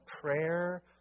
prayer